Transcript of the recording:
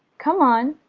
come on.